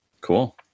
Cool